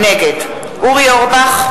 נגד אורי אורבך,